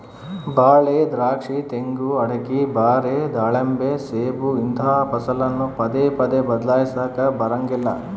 ಬಾಳೆ, ದ್ರಾಕ್ಷಿ, ತೆಂಗು, ಅಡಿಕೆ, ಬಾರೆ, ದಾಳಿಂಬೆ, ಸೇಬು ಇಂತಹ ಫಸಲನ್ನು ಪದೇ ಪದೇ ಬದ್ಲಾಯಿಸಲಾಕ ಬರಂಗಿಲ್ಲ